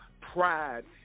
pride